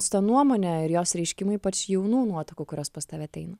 su ta nuomone ir jos reiškimu ypač jaunų nuotakų kurios pas tave ateina